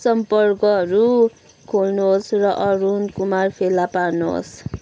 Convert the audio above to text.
सम्पर्कहरू खोल्नुहोस् र अरुण कुमार फेला पार्नुहोस्